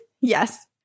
Yes